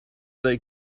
they